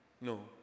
No